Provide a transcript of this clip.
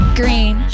green